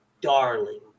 darling